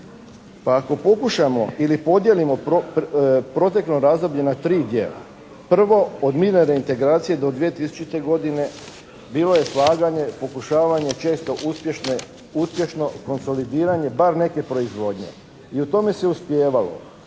Pa ako pokušamo ili podijelimo proteklo razdoblje na tri dijela. Prvo od minarne integracije od 2000. godine bilo je slaganje pokušavanje često uspješno konsolidiranje bar neke proizvodnje i u tome se uspijevalo.